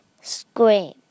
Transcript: scream